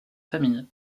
famille